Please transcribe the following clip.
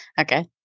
Okay